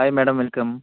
hi madam welcome